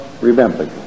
remember